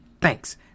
thanks